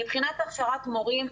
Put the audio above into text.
מבחינת הכשרת מורים,